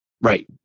Right